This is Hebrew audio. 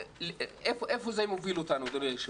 איפה זה מוביל אותנו, אדוני היושב-ראש?